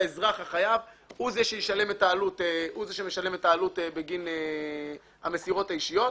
האזרח החייב הוא זה שמשלם את העלות בגין המסירות האישיות.